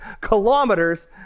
kilometers